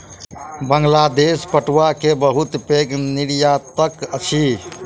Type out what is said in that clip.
बांग्लादेश पटुआ के बहुत पैघ निर्यातक अछि